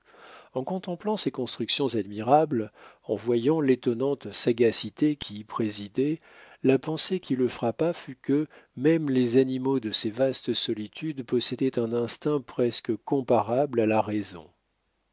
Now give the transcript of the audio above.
en contemplant ces constructions admirables en voyant l'étonnante sagacité qui y présidait la pensée qui le frappa fut que même les animaux de ces vastes solitudes possédaient un instinct presque comparable à la raison